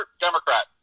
Democrat